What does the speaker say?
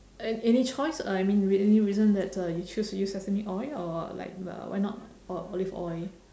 a~ any choice uh I mean any reason that uh you choose to use sesame oil or like why not or olive oil